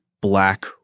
black